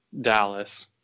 Dallas